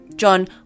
John